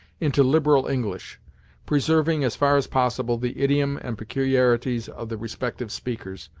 into liberal english preserving, as far as possible, the idiom and peculiarities of the respective speakers,